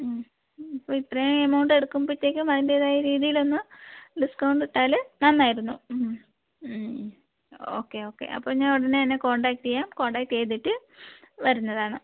ഉം ഇപ്പോൾ ഇത്രയും എമൗണ്ട് എടുക്കുമ്പോഴത്തേക്കും അതിൻ്റെതായ രീതിയിലൊന്ന് ഡിസ്ക്കൗണ്ടിട്ടാല് നന്നായിരുന്നു ഓക്കേ ഓക്കേ അപ്പോൾ ഞാൻ ഒടനെ തന്നെ കോൺടാക്ട് ചെയ്യാം കോൺടാക്ട് ചെയ്തിട്ട് വരുന്നതാണ്